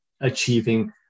achieving